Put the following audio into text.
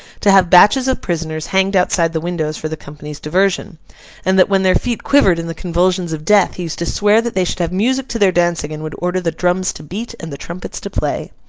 to have batches of prisoners hanged outside the windows for the company's diversion and that when their feet quivered in the convulsions of death, he used to swear that they should have music to their dancing, and would order the drums to beat and the trumpets to play.